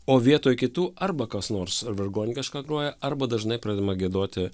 o vietoj kitų arba kas nors ar vargonininkai kažką groja arba dažnai pradedama giedoti